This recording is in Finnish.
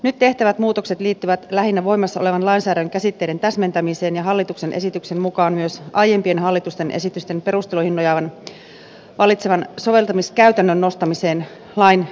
nyt tehtävät muutokset liittyvät lähinnä voimassa olevan lainsäädännön käsitteiden täsmentämiseen ja hallituksen esityksen mukaan myös aiempien hallitusten esitysten perusteluihin nojaavan vallitsevan soveltamiskäytännön nostamiseen lain tasolle